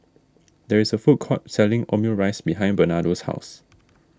there is a food court selling Omurice behind Bernardo's house